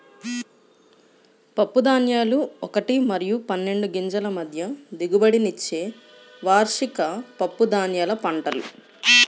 పప్పుధాన్యాలు ఒకటి మరియు పన్నెండు గింజల మధ్య దిగుబడినిచ్చే వార్షిక పప్పుధాన్యాల పంటలు